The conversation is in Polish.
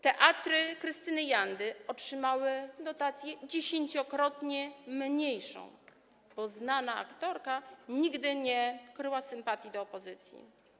Teatry Krystyny Jandy otrzymały dotację 10-krotnie mniejszą, bo znana aktorka nigdy nie kryła sympatii do opozycji.